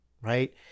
right